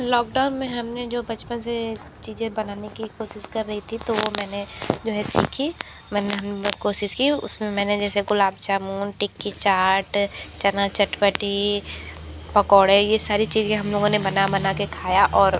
lockdown में हमने जो बचपन से चीज़ें बनाने कि कोशिश कर रहि थी तो मैंने सीखी मैंने हम लोग कोशिश की उसमें मैंने जैसे गुलाब जामुन टिक्की चाट चना चटपटी पकोरे ये सारे चीज हम लोगों ने बना बना के खाया और